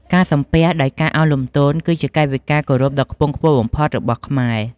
ការសំពះដោយការឱនលំទោន គឺជាកាយវិការគោរពដ៏ខ្ពង់ខ្ពស់បំផុតរបស់ខ្មែរ។